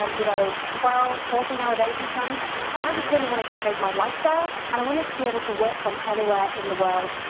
um you know, twelve, fourteen hour days sometimes. and i just really wanted to change my lifestyle and i wanted to be able to work from anywhere in the world.